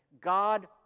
God